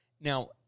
Now